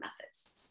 methods